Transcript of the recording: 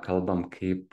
kalbam kaip